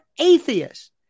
atheists